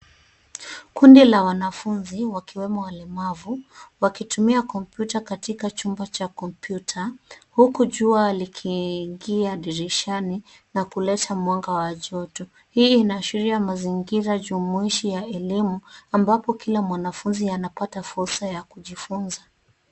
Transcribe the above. Kundi la wanafunzi wakiwemo walemavu wakitumia kompyuta katika chumba cha kompyuta huku jua likiingia dirishani na kuleta mwanga wa joto. Hii inaashiria mazingira jumuishi ya elimu ambapo kila mwanafunzi anapata fursa ya kujifunza.